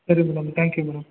ಸರಿ madam thank you madam